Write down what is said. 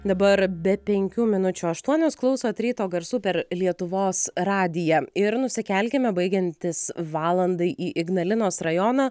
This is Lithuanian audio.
dabar be penkių minučių aštuonios klausot ryto garsų per lietuvos radiją ir nusikelkime baigiantis valandai į ignalinos rajoną